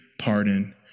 pardon